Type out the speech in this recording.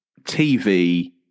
TV